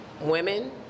women